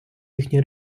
їхні